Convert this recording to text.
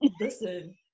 Listen